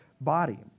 body